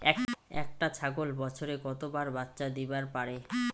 একটা ছাগল বছরে কতবার বাচ্চা দিবার পারে?